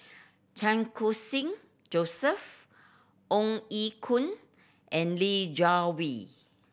Chan Khun Sing Joseph Ong Ye Kung and Li Jiawei